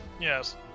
Yes